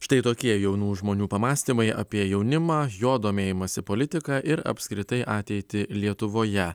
štai tokie jaunų žmonių pamąstymai apie jaunimą jo domėjimąsi politika ir apskritai ateitį lietuvoje